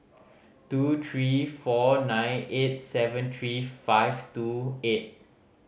two three four nine eight seven three five two eight